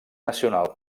nacional